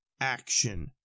action